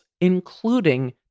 including